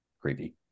creepy